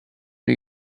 new